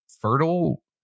fertile